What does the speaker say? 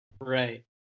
right